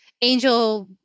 angel